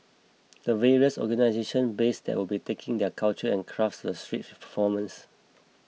the various organisation based there will be taking their culture and crafts to the streets with performance